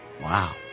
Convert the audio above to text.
Wow